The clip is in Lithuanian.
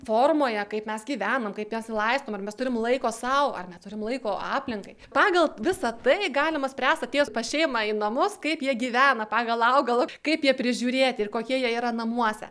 formoje kaip mes gyvenam kaip mes laistom ar mes turim laiko sau ar neturim laiko aplinkai pagal visa tai galima spręst atėjus pas šeimą į namus kaip jie gyvena pagal augalo kaip jie prižiūrėti ir kokie jie yra namuose